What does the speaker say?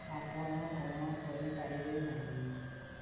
ଆପଣ କ'ଣ କରି ପାରିବେ ନାହିଁ